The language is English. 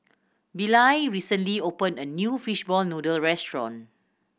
Billye recently opened a new fishball noodle restaurant